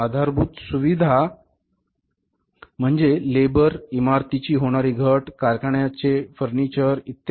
आधारभूत सुविधा म्हणजे लेबरइमारतीची होणारी घट कारखान्याचे फर्निचर इत्यादी